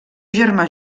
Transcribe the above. germà